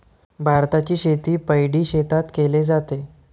भाताची शेती पैडी शेतात केले जाते